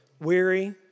weary